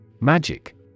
Magic